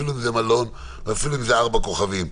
אפילו אם זה מלון ארבעה כוכבים.